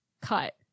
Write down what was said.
cut